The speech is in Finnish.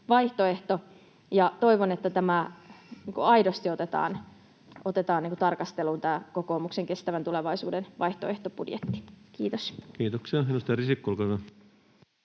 vaihtoehto, ja toivon, että aidosti otetaan tarkasteluun tämä kokoomuksen kestävän tulevaisuuden vaihtoehtobudjetti. — Kiitos. Kiitoksia. — Edustaja Risikko, olkaa hyvä.